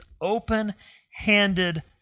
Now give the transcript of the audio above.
open-handed